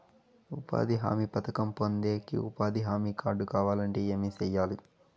ఉపాధి హామీ పథకం పొందేకి ఉపాధి హామీ కార్డు కావాలంటే ఏమి సెయ్యాలి?